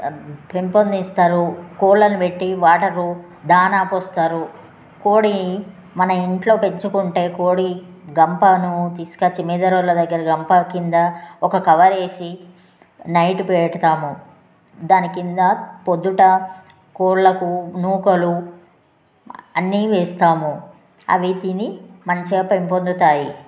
పెంపొందిస్తారు కోళ్ళను పెట్టి వాటరు దానా పోస్తారు కోడి మన ఇంట్లో పెంచుకుంటే కోడి గంపను తీసుకచ్చి మేదరోళ్ళ దగ్గర గంప కింద ఒక కవర్ వేసి నైట్ పెడతాము దాని కింద పొద్దుట కోళ్ళకు నూకలు అన్నీ వేస్తాము అవి తిని మంచిగా పెంపొందుతాయి